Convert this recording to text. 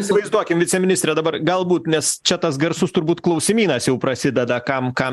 įsivaizduokim viceministre dabar galbūt nes čia tas garsus turbūt klausimynas jau prasideda kam kam